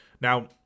now